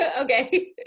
Okay